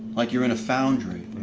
like you were in a foundry.